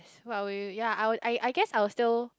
!wah! wait wait ya I'll I guess I'll still